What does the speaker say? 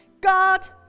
God